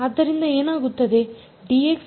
ಆದ್ದರಿಂದ ಏನಾಗುತ್ತದೆ